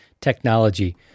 technology